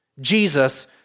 Jesus